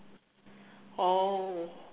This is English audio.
oh